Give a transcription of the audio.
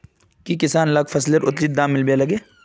की किसान लाक फसलेर उचित दाम मिलबे लगे?